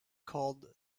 called